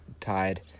tied